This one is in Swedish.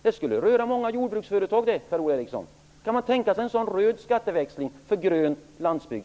Det skulle rädda många jordbruksföretag, Per-Ola Eriksson. Kan man tänka sig en sådan röd skatteväxling för grön landsbygd?